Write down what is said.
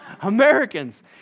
Americans